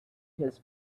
his